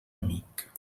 amic